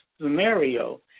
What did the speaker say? scenario